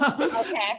Okay